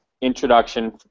introduction